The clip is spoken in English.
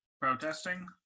protesting